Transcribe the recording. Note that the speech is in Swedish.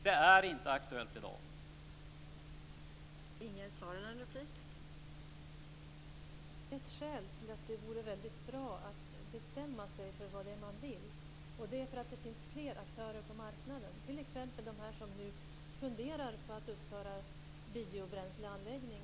Det är inte aktuellt med ett sådant i dag.